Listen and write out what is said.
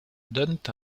donnent